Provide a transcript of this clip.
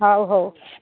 ହେଉ ହେଉ